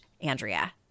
Andrea